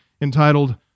entitled